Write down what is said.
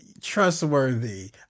trustworthy